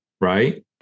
Right